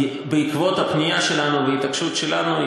בעקבות הפנייה שלנו והתעקשות שלנו,